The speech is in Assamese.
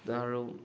আৰু